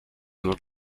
not